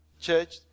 church